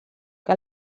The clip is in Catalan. que